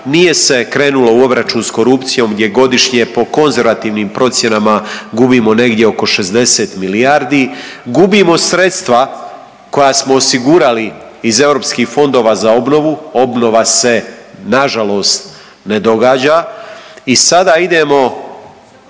nije se krenulo u obračun s korupcijom gdje godišnje po konzervativnim procjenama gubimo negdje oko 60 milijardi, gubimo sredstva koja smo osigurali iz europskih fondova za obnovu. Obnova se na žalost ne događa. I sada idemo